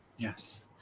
Yes